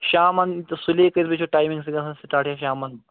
شامَن تہٕ سُلے کٔژِ بجہِ چھو ٹایمِنٛگ گژھان سِٹاٹ یا شامَن